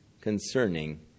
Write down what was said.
concerning